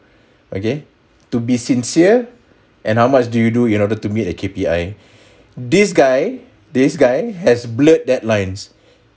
okay to be sincere and how much do you do in order to meet a K_P_I this guy this guy has blurred that lines